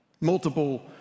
multiple